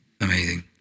Amazing